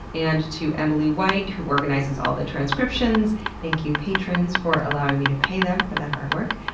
and to emily white who organizes all the transcriptions. thank you, patrons, for allowing me to pay them for that hard work.